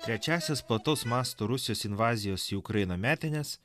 trečiasis plataus masto rusijos invazijos į ukrainą metines